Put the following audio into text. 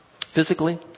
physically